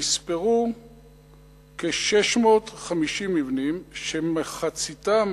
נספרו כ-650 מבנים שמחציתם